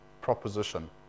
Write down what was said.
proposition